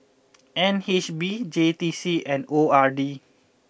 N H B J T C and O R D